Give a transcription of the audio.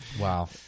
Wow